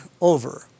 over